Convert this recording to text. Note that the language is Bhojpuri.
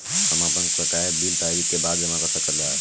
हम आपन बकाया बिल तारीख क बाद जमा कर सकेला?